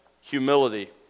humility